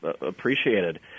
appreciated